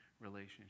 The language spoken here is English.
relationship